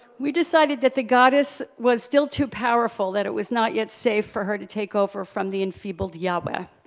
we decided that the goddess was still too powerful, that it was not yet safe for her to take over from the enfeebled yeah ah but